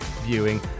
viewing